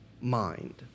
mind